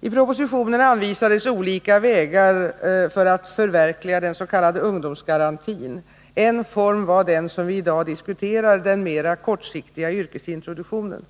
I propositionen anvisades olika vägar för att förverkliga den s.k. ungdomsgarantin. En form var den som vi i dag diskuterar, den mera kortsiktiga yrkesintroduktionen.